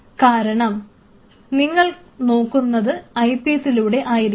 കാരണം നിങ്ങൾ നോക്കുന്നത് ഐപീസിലൂടെ ആയിരിക്കും